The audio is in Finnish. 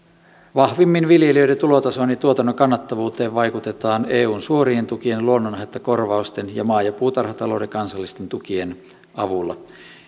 vahvimmin viljelijöiden tulotasoon ja tuotannon kannattavuuteen vaikutetaan eun suorien tukien luonnonhaittakorvausten ja maa ja puutarhatalouden kansallisten tukien avulla